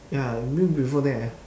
ya been before there